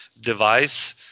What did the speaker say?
device